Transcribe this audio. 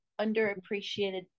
underappreciated